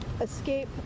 Escape